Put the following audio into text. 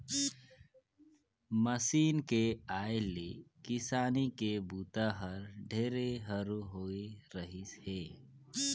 machine के आए ले किसानी के बूता हर ढेरे हरू होवे रहीस हे